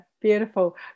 Beautiful